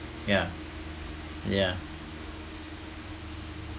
yeah yeah